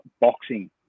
boxing